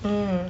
mm